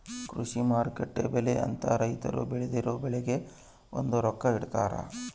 ಕೃಷಿ ಮಾರುಕಟ್ಟೆ ಬೆಲೆ ಅಂತ ರೈತರು ಬೆಳ್ದಿರೊ ಬೆಳೆಗೆ ಒಂದು ರೊಕ್ಕ ಇಟ್ಟಿರ್ತಾರ